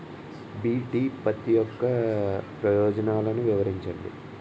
BT పత్తి యొక్క ప్రయోజనాలను వివరించండి?